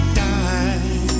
die